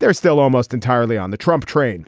there is still almost entirely on the trump train.